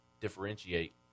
differentiate